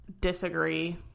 Disagree